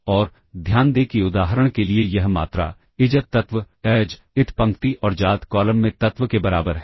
और ध्यान दें कि उदाहरण के लिए यह मात्रा ijth तत्व aij ith पंक्ति और jth कॉलम में तत्व के बराबर है